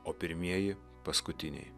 o pirmieji paskutiniai